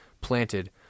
planted